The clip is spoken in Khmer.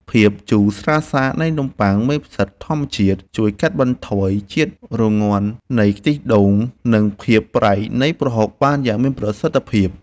ភាពជូរស្រាលៗនៃនំប៉័ងមេផ្សិតធម្មជាតិជួយកាត់ជាតិរងាន់នៃខ្ទិះដូងនិងភាពប្រៃនៃប្រហុកបានយ៉ាងមានប្រសិទ្ធភាព។